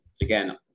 again